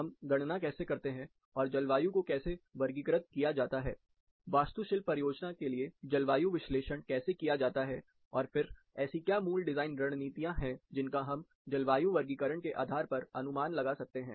हम गणना कैसे करते हैं और जलवायु को कैसे वर्गीकृत किया जाता हैवास्तुशिल्प परियोजना के लिए जलवायु विश्लेषण कैसे किया जाता है और फिर ऐसी क्या मूल डिजाइन रणनीतियां है जिनका हमजलवायु वर्गीकरण के आधार पर अनुमान लगा सकते हैं